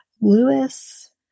Lewis